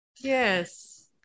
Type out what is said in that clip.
Yes